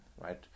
right